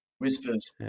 Whispers